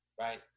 Right